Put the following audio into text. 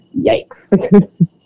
Yikes